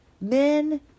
Men